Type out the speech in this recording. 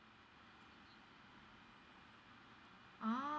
oh